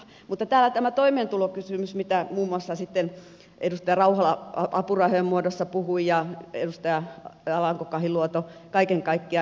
mutta täällä on tämä toimeentulokysymys mistä muun muassa edustaja rauhala apurahojen muodossa puhui ja edustaja alanko kahiluoto kaiken kaikkiaan